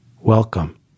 Welcome